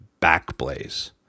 Backblaze